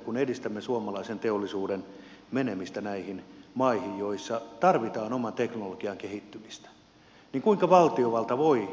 kun edistämme suomalaisen teollisuuden menemistä näihin maihin joissa tarvitaan oman teknologian kehittymistä niin mitenkä voimme turvata sen ja kuinka valtiovalta voi